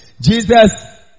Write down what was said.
Jesus